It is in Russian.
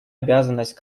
обязанность